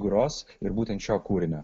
gros ir būtent šio kūrinio